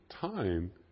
time